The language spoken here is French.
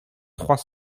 trois